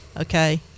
okay